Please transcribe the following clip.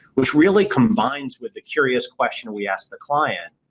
which really combines with the curious question we ask the client.